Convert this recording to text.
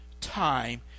time